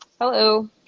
Hello